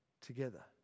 together